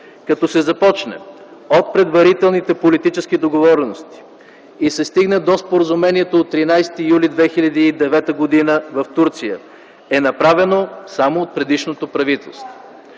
като се започне от предварителните политически договорености и се стигне до Споразумението от 13 юли 2009 г. в Турция, е направено само от предишното правителство.